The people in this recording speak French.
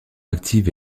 actives